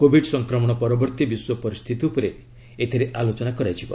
Covid ସଂକ୍ରମଣ ପରବର୍ତ୍ତି ବିଶ୍ୱ ପରିସ୍ଥିତି ଉପରେ ଏଥିରେ ଆଲୋଚନା ହେବ